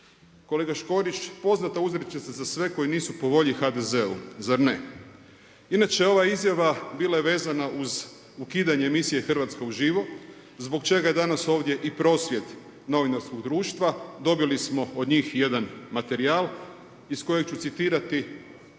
Kolega Škorić, poznata uzrečica za sve koji nisu po volji HDZ-u. Zar ne? Inače ova izjava bila je vezana uz ukidanje emisije „Hrvatska uživo“ zbog čega je danas ovdje i prosvjed Novinarskog društva. Dobili smo od njih jedan materijal iz kojeg ću citirati dio